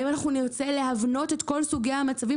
האם אנחנו נרצה להבנות את כל סוגי המצבים